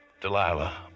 Delilah